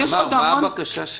מה הבקשה שלך?